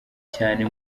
cyane